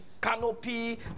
canopy